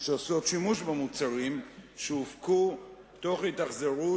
שעושות שימוש במוצרים שהופקו תוך התאכזרות